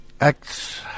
Acts